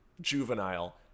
juvenile